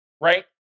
right